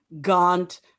gaunt